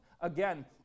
Again